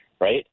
right